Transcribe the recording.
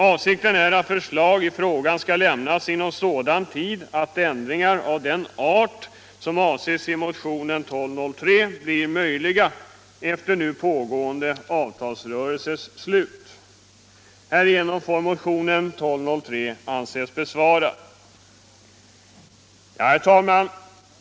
Avsikten är att förslag i frågan skall lämnas inom sådan tid att ändringar av den art som avses i motionen 1203 blir möjliga efter nu pågående avtalsrörelses slut. Härigenom får motionen 1203 anses besvarad.” Herr talman!